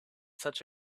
such